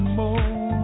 more